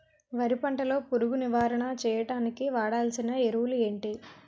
వరి పంట లో పురుగు నివారణ చేయడానికి వాడాల్సిన ఎరువులు ఏంటి?